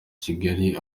kigali